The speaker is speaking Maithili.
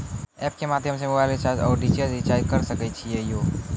एप के माध्यम से मोबाइल रिचार्ज ओर डी.टी.एच रिचार्ज करऽ सके छी यो?